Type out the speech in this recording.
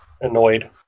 annoyed